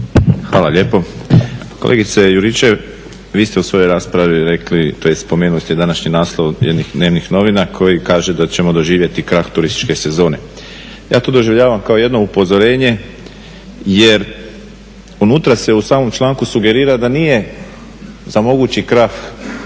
Hvala lijepo. Kolegice Juričev vi ste u svojoj raspravi rekli, tj. spomenuli ste današnji naslov jednih dnevnih novina koji kaže da ćemo doživjeti krah turističke sezone. Ja to doživljavam kao jedno upozorenje jer unutra se u samom članku sugerira da nije za mogući krah krivo